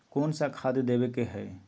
कोन सा खाद देवे के हई?